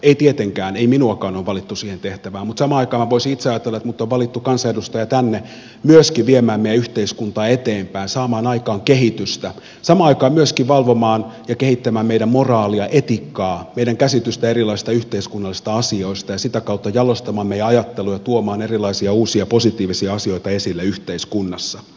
ei tietenkään ei minuakaan ole valittu siihen tehtävään mutta samaan aikaan minä voisin itse ajatella että minut on valittu kansanedustajana tänne myöskin viemään meidän yhteiskuntaa eteenpäin saamaan aikaan kehitystä samaan aikaan myöskin valvomaan ja kehittämään meidän moraalia etiikkaa meidän käsitystä erilaisista yhteiskunnallisista asioista ja sitä kautta jalostamaan meidän ajattelua ja tuomaan erilaisia uusia positiivisia asioita esille yhteiskunnassa